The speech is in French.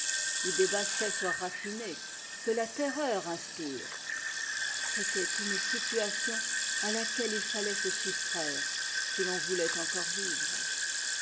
ou des bassesses raffinées que la terreur inspire c'était une situation à laquelle il fallait se soustraire si l'on voulait encore vivre